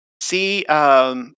see